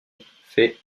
fait